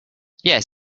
yes